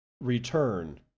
return